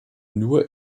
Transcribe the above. nur